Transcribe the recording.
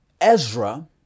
Ezra